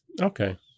Okay